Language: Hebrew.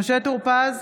משה טור פז,